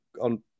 on